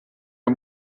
una